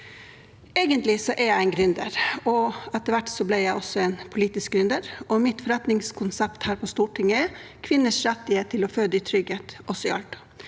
Egentlig er jeg en gründer, og etter hvert ble jeg også en politisk gründer. Mitt forretningskonsept her på Stortinget er kvinners rettighet til å føde i trygghet også i Alta.